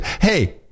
Hey